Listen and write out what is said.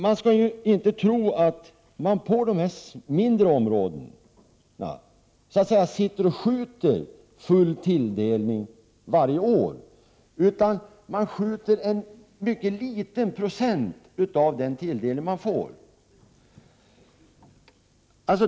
Vi skall inte tro att man på dessa mindre områden skjuter av full tilldelning varje år. Man skjuter en mycket liten procent av den tilldelning man får.